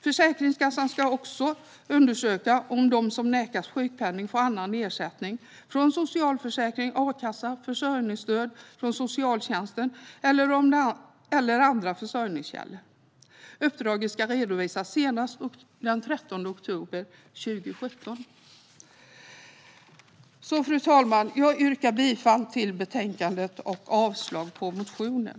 Försäkringskassan ska också undersöka om de som nekas sjukpenning får annan ersättning från socialförsäkring, a-kassa eller försörjningsstöd från socialtjänsten, eller om de har andra försörjningskällor. Uppdraget ska redovisas senast den 13 oktober 2017. Fru talman! Jag yrkar bifall till utskottets förslag och avslag på motionen.